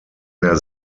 mehr